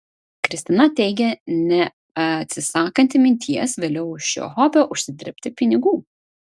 kristina teigė neatsisakanti minties vėliau iš šio hobio užsidirbti pinigų